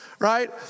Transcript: right